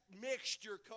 mixture